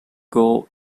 gold